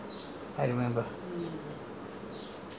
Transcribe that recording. that [one] was we rented from your sister-in-law